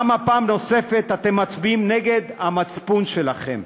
למה פעם נוספת אתם מצביעים נגד המצפון שלכם?